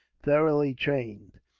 thoroughly trained.